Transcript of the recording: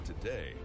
today